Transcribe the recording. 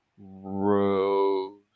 Rose